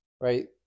Right